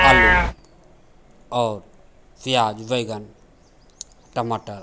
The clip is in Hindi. आलू और प्याज़ बैंगन टमाटर